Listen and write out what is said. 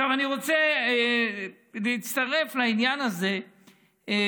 עכשיו אני רוצה להצטרף לעניין הזה